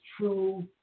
true